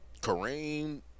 Kareem